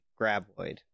graboid